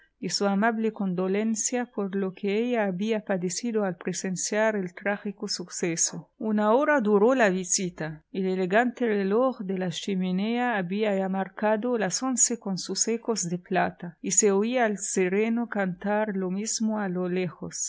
y su amable condolencia por lo que ella había padecido al presenciar el trágico suceso una hora duró la visita el elegante reloj de la chimenea había ya marcado las once con sus ecos de plata y se oía al sereno cantar lo mismo a lo lejos